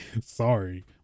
Sorry